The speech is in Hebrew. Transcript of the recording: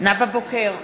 נאוה בוקר,